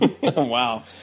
Wow